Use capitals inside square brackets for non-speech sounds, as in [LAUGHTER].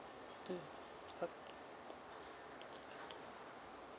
mm ok~ [NOISE]